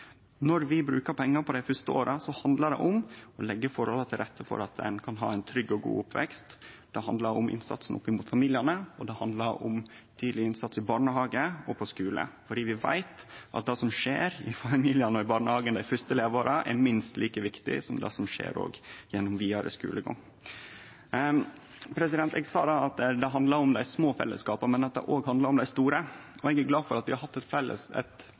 Når vi brukar pengar på dei fyrste åra, handlar det om å leggje forholda til rette for at ein kan ha ein trygg og god oppvekst, det handlar om innsatsen opp mot familiane, og det handlar om tidleg innsats i barnehage og på skule. For vi veit at det som skjer i familiane og i barnehagen dei fyrste leveåra, er minst like viktig som det som skjer gjennom vidare skulegang. Eg sa at det handlar om dei små fellesskapa, men at det òg handlar om dei store. Eg er glad for at vi har hatt eit